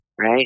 right